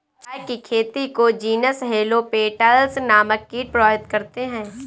चाय की खेती को जीनस हेलो पेटल्स नामक कीट प्रभावित करते हैं